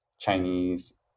Chinese